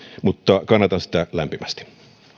mutta kannatan sitä lämpimästi